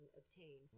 obtain